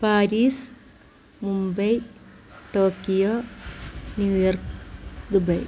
Paris Mumbai Tokyo New York Dubai